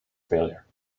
failure